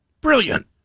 Brilliant